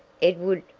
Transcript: edward,